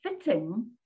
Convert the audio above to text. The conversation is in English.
fitting